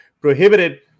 prohibited